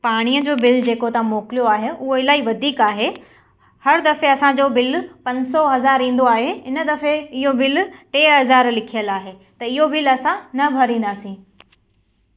पाणीअ जो बिल जेको तव्हां मोकिलियो आहे उहो इलाही वधीक आहे हर दफ़े असांजो बिल पंज सौ हज़ार ईंदो आहे हिन दफ़े इहो बिल टे हज़ाए लिखियल आहे त इहो बिल असां न भरींदासीं